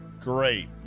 great